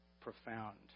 profound